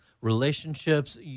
relationships